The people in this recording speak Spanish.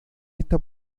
esta